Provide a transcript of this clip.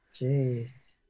jeez